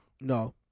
No